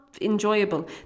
enjoyable